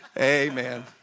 Amen